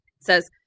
says